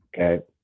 Okay